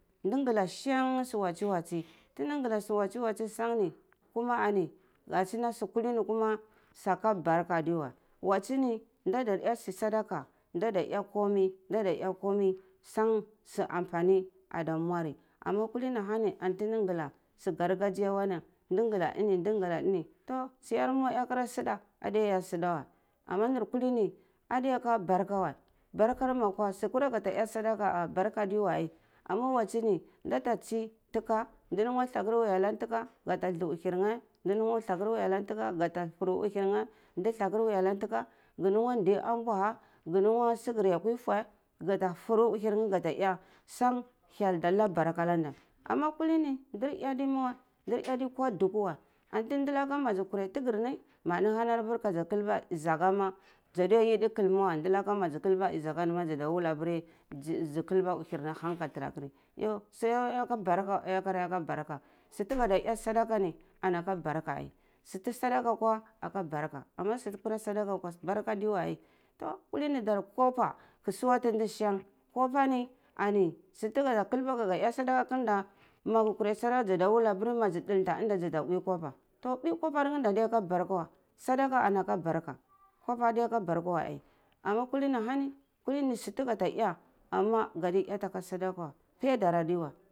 Ndi gala shang su watsi watsi tunda gala su watsi watsi shang ni kuma ani ashe sur kali ni han kuma sa ka barka adeweh watsi ni nda sur sadaka nda da eh kumai nda da eh komai sang su ampani ada murey ama kuli ni ana hani antindi gala gargajiya wanan ndi gala ini ndi gala ini toh siyar oh ekara eh suda adiya da eh sudawe ama sur kuli ni adiya ka barka weh barka mur akwa su kura gata eh suda ah barka adewa ai ama watsi ni ndata tsi tuka ka du lungu tuakar wiya ana thuka ga ta thu uhir nye ndi nugwa thukar wiya na thika ga fur uhir neh da thuka thaka wiya ana thuka ga lungwa ndi ambowha nga lungwa sukar akwi fuh gata furu uhir neh shang hyel da naga barka ah na ndeh ama kuli ni dar eh adima weh ndar eh adi ko duku adeweh anti dulaka mazi kureh thuhirni taga hanar apiri ka za kulba zaka ma zadiya yidi kal ma weh ndalaka kuma mazi kalba zakar ni ma zada wula pa zi kalba zakar ni ma zada wula pa zi kalba uhir ni hang ka tara kari yhu su adiya ye aka baraka wa isu uh eh aka barka su taga da eh sadare ni ana ka barka ai suta sada kwa ana ka barka ama su fi kwara sada akwa ka barka adureh ai toh kwini dar kwapa ka suwati ndi shung kwapa ni ani su tegata kalba ar ge eh swaka kir nda ma ga kurei sang zada wulapa sang ma zi ndalta za ta bwi kwapa toh bwi kwapar ni nda adeya ka barka weh sadaka ana ka barka kwapa adiya ka barka we ai ana kuli ni ahani kuli ni su tega ta eh ama gata eh aka sadaka weh payarda adi weh.